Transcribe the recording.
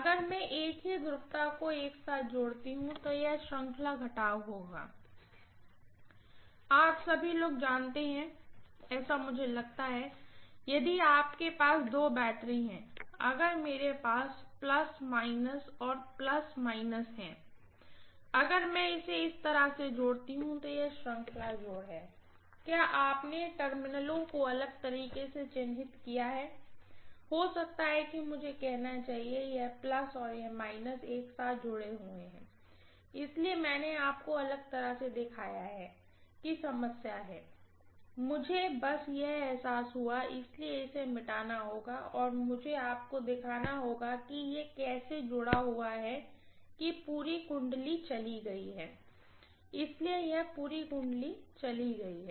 अगर मैं एक ही ध्रुवता को एक साथ जोड़ता हूं तो यह श्रृंखला घटाव होगा आप सभी लोग जानते हैं कि मुझे यह लगता है यदि आपके पास दो बैटरी हैं अगर मेरे पास प्लस माइनस और प्लस माइनस हैं अगर मैं इसे इस तरह से जोड़ती हूँ तो यह श्रृंखला जोड़ है क्या आपने टर्मिनलों को अलग तरीके से चिह्नित किया है हो सकता है कि मुझे कहना चाहिए कि यह प्लस और माइनस एक साथ जुड़े हुए हैं इसलिए मैंने आपको अलग तरह से दिखाया है कि समस्या है मुझे बस यह एहसास हुआ इसलिए इसे मिटाना होगा और मुझे आपको दिखाना होगा जैसे कि यह जुड़ा हुआ है पूरी वाइंडिंग चली गयी है इसलिए यह पूरी वाइंडिंग चली गयी है